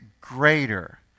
greater